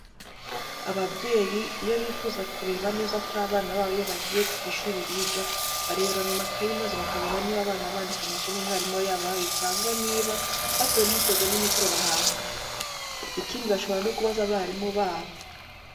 Ababyeyi iyo bifuza kureba neza ko abana babo iyo bagiye ku ishuri biga, barebera mu makayi maze bakareba niba abana bandika amasomo umwarimu aba yabahaye cyangwa niba bakora imyitozo n'imikoro bahabwa. Ikindi bashobora no kubaza abarimu babo.